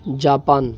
Japan